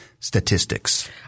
statistics